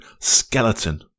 Skeleton